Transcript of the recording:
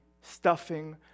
stuffing